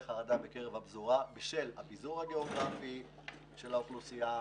חרדה בקרב הפזורה בשל הפיזור הגיאוגרפי של האוכלוסייה,